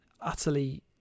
utterly